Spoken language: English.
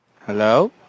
Hello